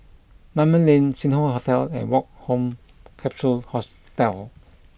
Dunman Lane Sing Hoe Hotel and Woke Home Capsule Hostel